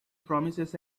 promises